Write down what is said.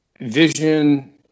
vision